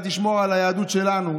אתה תשמור על היהדות שלנו.